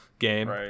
Game